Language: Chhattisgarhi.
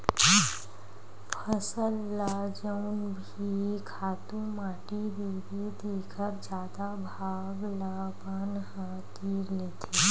फसल ल जउन भी खातू माटी देबे तेखर जादा भाग ल बन ह तीर लेथे